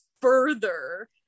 further